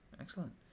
excellent